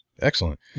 Excellent